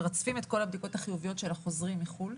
מרצפים את כל הבדיקות החיוביות של החוזרים מחוץ לארץ,